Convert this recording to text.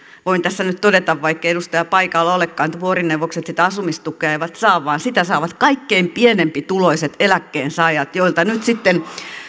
voin tässä nyt todeta vaikkei edustaja paikalla olekaan että vuorineuvokset sitä asumistukea eivät saa vaan sitä saavat kaikkein pienituloisimmat eläkkeensaajat joilta nyt sitten